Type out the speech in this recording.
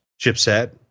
chipset